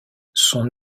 son